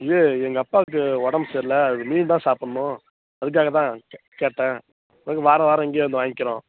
இது எங்கள் அப்பாவுக்கு உடம்பு சரில்ல அதுக்கு மீன் தான் சாப்பிட்ணும் அதுக்காக தான் கே கேட்டேன் இது வாரம் வாரம் இங்கேயே வந்து வாங்கிறோம்